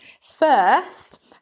first